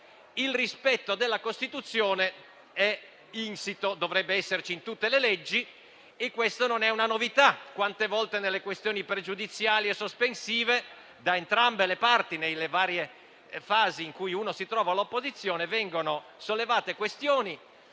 il rispetto della Costituzione dovrebbe essere insito in tutte le leggi e questa non è una novità. Quante volte nelle questioni pregiudiziali e sospensive, da entrambe le parti, nelle varie fasi in cui ci si trova all'opposizione, vengono sollevati dubbi